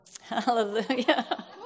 Hallelujah